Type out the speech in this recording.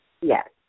Yes